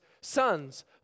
sons